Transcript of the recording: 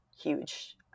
huge